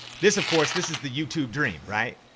this of course this is the youtube dream, right?